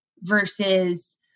versus